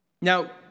Now